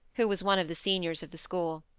who was one of the seniors of the school.